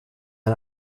ein